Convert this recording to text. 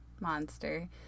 monster